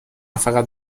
فقط